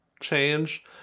change